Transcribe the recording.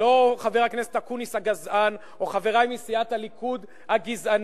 לא חבר הכנסת אקוניס הגזען או חברי מסיעת הליכוד הגזענים.